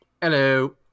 Hello